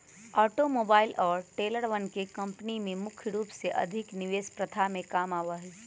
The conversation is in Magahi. आटोमोबाइल और ट्रेलरवन के कम्पनी में मुख्य रूप से अधिक निवेश प्रथा काम में आवा हई